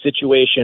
situation